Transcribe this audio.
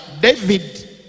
David